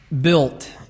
built